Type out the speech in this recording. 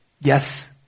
Yes